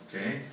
okay